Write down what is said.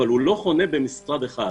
אבל הוא לא חונה במשרד אחד,